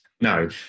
No